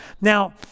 Now